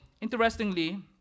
interestingly